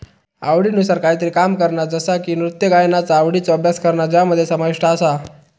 आवडीनुसार कायतरी काम करणा जसा की नृत्य गायनाचा आवडीचो अभ्यास करणा ज्यामध्ये समाविष्ट आसा